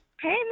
Hey